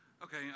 Okay